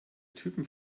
typen